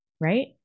Right